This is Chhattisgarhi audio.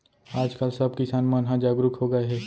आज काल सब किसान मन ह जागरूक हो गए हे